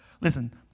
listen